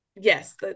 Yes